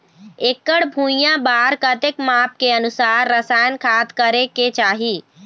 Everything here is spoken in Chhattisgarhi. एकड़ भुइयां बार कतेक माप के अनुसार रसायन खाद करें के चाही?